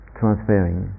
transferring